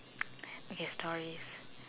okay stories